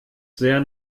sehr